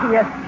Yes